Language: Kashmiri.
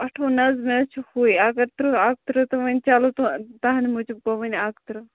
اَٹھووُہ نہَ حظ مےٚ حظ چھُ ہُے اَگر ترٕٛہ اَکہٕ ترٕٛہ تہٕ وۅنۍ چَلو تُہنٛدِ موٗجوٗب گوٚو وۅنۍ اَکہٕ ترٕٛہ